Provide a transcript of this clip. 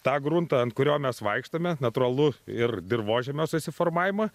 tą gruntą ant kurio mes vaikštome natūralu ir dirvožemio susiformavimą